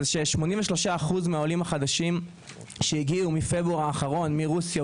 83% מהעולים החדשים שהגיעו מפברואר האחרון מרוסיה,